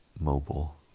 mobile